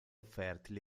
fertili